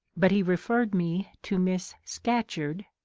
but he referred me to miss scatcherd,